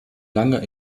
langer